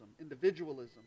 individualism